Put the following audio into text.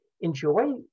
enjoy